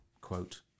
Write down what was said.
quote